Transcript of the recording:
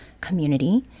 community